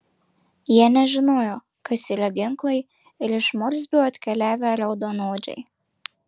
jie nežinojo kas yra ginklai ir iš morsbio atkeliavę raudonodžiai